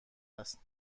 است